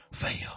Fail